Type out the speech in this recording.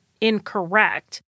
incorrect